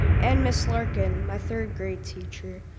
and miss larkin, my third grade teacher.